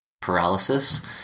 paralysis